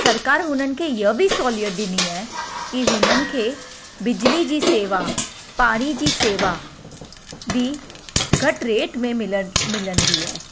सरकार उन्हनि खे इहा बि सहूलियत ॾिनी आहे की हुननि खे बिजली जी सेवा पाणीअ जी सेवा बि घटि रेट में मिलनि मिलंदी आहे